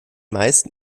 meisten